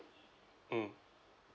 mm